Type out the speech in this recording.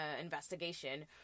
investigation